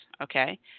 okay